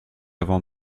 avant